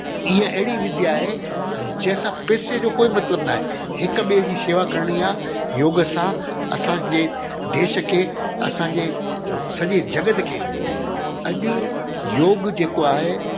इहे अहिड़ी विद्या आहे जे असां पैसे जो कोई मतिलबु न आहे हिकु ॿिए जी शेवा करिणी आहे योग सां असांजे देश खे असांजे अ सॼे जगत खे अॼु योग जेको आहे